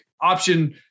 option